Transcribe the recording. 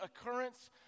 occurrence